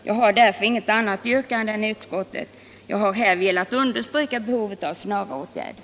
Jag har därför inget annat yrkande än om bifall till utskottets hemställan, men jag har velat understryka behovet av snara åtgärder.